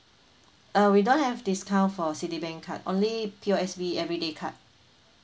uh we don't have discount for citibank card only P_O_S_B everyday card